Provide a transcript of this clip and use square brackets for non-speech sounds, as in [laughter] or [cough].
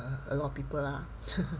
a lot of people lah [laughs]